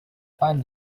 find